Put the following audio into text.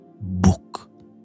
book